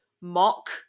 mock